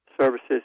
services